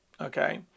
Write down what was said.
okay